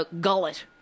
gullet